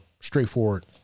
straightforward